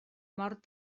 mort